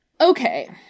Okay